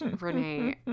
Renee